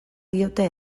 diote